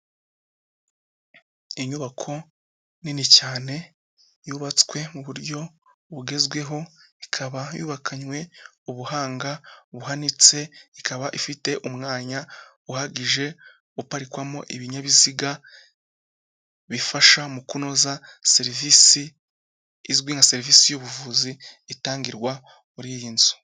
Inyubako nini cyane yubatswe mu buryo bugezweho, ikaba yubakanywe ubuhanga buhanitse, ikaba ifite umwanya uhagije uparikwamo ibinyabiziga bifasha mu kunoza serivisi izwi nka serivisi y'ubuvuzi itangirwa muri iyi nzu.